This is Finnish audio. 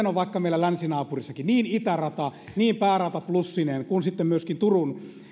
on vaikka meidän länsinaapurissakin niin itärata päärata plussineen kuin sitten myöskin turun